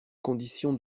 conditions